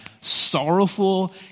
sorrowful